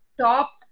top